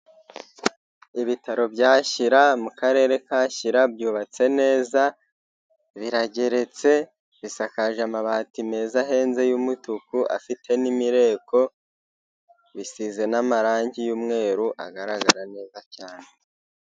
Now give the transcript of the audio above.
Ibitaro bya shyira, mu karere ka shyira byubatse neza, birageretse, bisakaje amabati meza ahenze y'umutuku afite n'imireko, bisize n'amarangi y'umweru agaragara neza cyane.